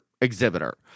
exhibitor